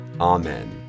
Amen